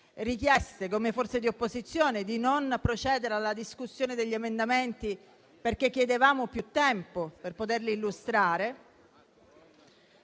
richiesta, come forze di opposizione, di non procedere alla discussione degli emendamenti, avendo bisogno di più tempo per poterli illustrare,